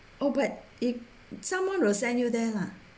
oh but if someone will send you there lah